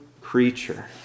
creature